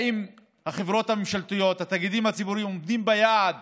האם החברות הממשלתיות והתאגידים הציבוריים עומדים ביעד